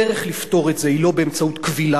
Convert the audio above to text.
הדרך לפתור את זה היא לא באמצעות כבילה.